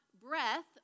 breath